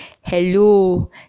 hello